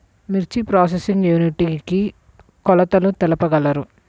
మిర్చి processing unit కి కొలతలు తెలుపగలరు?